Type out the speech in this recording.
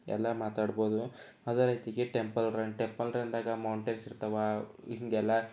ಎಲ್ಲ ಮಾತಾಡ್ಬೋದು ಅದೇ ರೀತಿಗೆ ಟೆಂಪಲ್ ರನ್ ಟೆಂಪಲ್ ರನ್ದಾಗೆ ಮೌಂಟೆನ್ಸ್ ಇರ್ತವೆ ಹೀಗೆಲ್ಲ